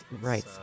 Right